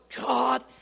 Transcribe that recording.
God